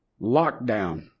lockdown